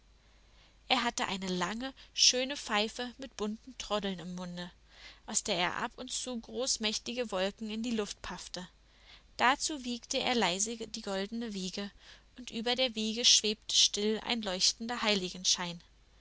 er hatte eine lange schöne pfeife mit bunten troddeln im munde aus der er ab und zu großmächtige wolken in die luft paffte dazu wiegte er leise die goldene wiege und über der wiege schwebte still ein leuchtender heiligenschein